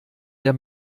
der